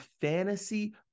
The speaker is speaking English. fantasy